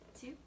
two